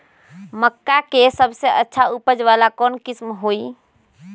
मक्का के सबसे अच्छा उपज वाला कौन किस्म होई?